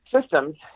systems